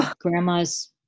Grandma's